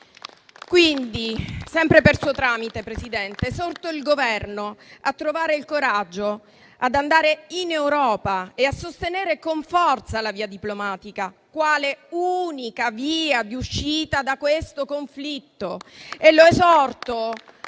Quindi, sempre per suo tramite, Presidente, esorto il Governo a trovare il coraggio di andare in Europa e sostenere con forza la via diplomatica quale unica via di uscita da questo conflitto